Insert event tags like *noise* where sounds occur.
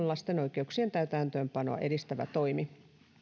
*unintelligible* lasten oikeuksien täytäntöönpanoa edistävä toimi